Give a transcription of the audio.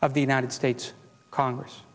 of the united states congress